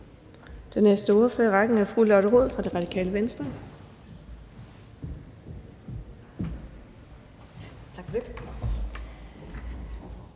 Den næste ordfører i rækken er fru Lotte Rod fra Radikale Venstre.